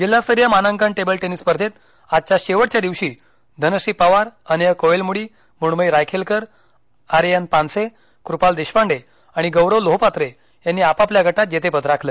जिल्हास्तरीय मानांकन table tennis स्पर्धेंत आजच्या शेवटच्या दिवशी धनश्री पवार अनेय कोवेलमुडी मुण्मयी रायखेलकर आर्यन पानसे कुपाल देशपांडे आणि गौरव लोहपात्रे यांनी आपापल्या गटात जेतेपद राखलं